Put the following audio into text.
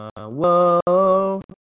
Whoa